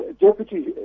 deputy